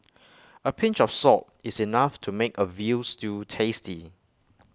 A pinch of salt is enough to make A Veal Stew tasty